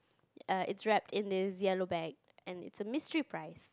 err is wrapped in this yellow bag and it's a mystery prize